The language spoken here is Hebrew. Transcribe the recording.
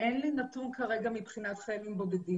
אין לי נתון כרגע מבחינת חיילים בודדים.